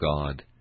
God